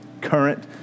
current